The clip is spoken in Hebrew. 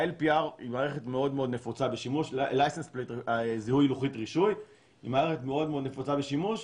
ה-LPR היא מערכת מאוד-מאוד נפוצה בזיהוי לוחית רישוי ומאוד נפוצה בשימוש.